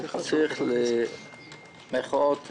צריך במירכאות "להעניש"